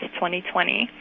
2020